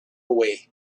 away